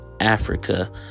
Africa